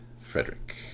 Frederick